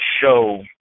show